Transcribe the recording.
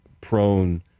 prone